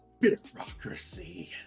bureaucracy